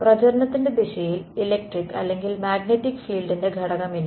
പ്രചരണത്തിന്റെ ദിശയിൽ ഇലക്ടിക് അല്ലെങ്കിൽ മാഗ്നെറ്റിക് ഫീൾഡിൻ്റെ ഘടകമില്ല